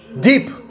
deep